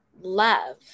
love